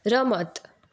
રમત